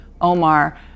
Omar